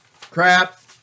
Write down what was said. Crap